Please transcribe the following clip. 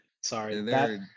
Sorry